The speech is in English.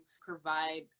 provide